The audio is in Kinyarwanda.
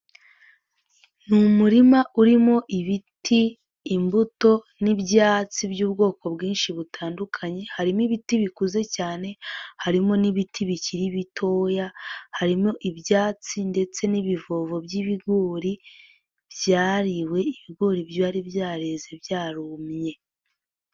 Ni umurima urimo ibiti imbuto n'ibyatsi by'ubwoko bwinshi butandukanye, harimo ibiti bikuze cyane, harimo n'ibiti bikiri bitoya, harimo ibyatsi ndetse n'ibivovo by'ibigori, byariwe ibigori byari byareze byarumye.